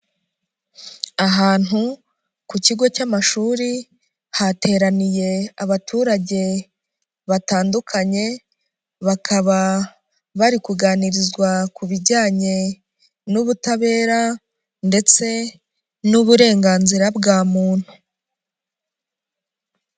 Ahantu ku kigo cy'amashuri hateraniye abaturage batandukanye, bakaba bari kuganirizwa ku bijyanye n'ubutabera ndetse n'uburenganzira bwa muntu.